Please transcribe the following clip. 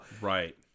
Right